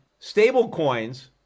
stablecoins